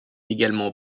également